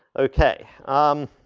okay, um,